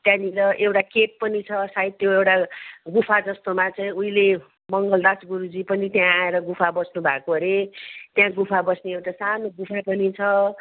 त्यहाँनिर एउटा केभ पनि छ सायद त्यो एउटा गुफा जस्तोमा चाहिँ उहिले मङ्गल दास गुरुजी पनि त्यहाँ आएर गुफा बस्नुभएको अरे त्यहाँ गुफा बस्ने एउटा सानो गुफा पनि छ